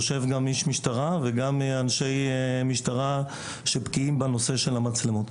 יושב גם איש משטרה וגם אנשי משטרה שבקיאים בנושא של המצלמות.